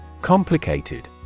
Complicated